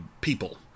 people